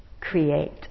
create